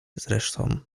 zresztą